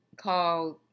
called